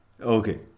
Okay